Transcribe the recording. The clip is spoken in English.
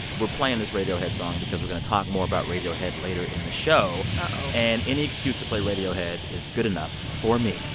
we're playing this radiohead song because we're going to talk more about radiohead later in the show uh-oh and any excuse to play radiohead is good enough for me